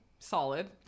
Solid